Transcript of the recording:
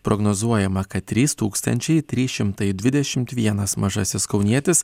prognozuojama kad trys tūkstančiai trys šimtai dvidešimt vienas mažasis kaunietis